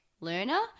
learner